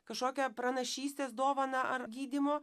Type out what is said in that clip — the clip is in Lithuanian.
kažkokią pranašystės dovaną ar gydymo